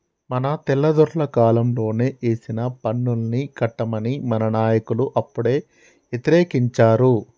మన తెల్లదొరల కాలంలోనే ఏసిన పన్నుల్ని కట్టమని మన నాయకులు అప్పుడే యతిరేకించారు